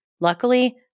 Luckily